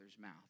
mouth